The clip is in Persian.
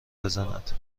بزند